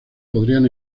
podrían